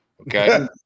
Okay